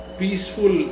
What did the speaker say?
peaceful